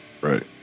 Right